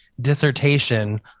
dissertation